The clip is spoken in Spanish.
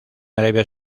arabia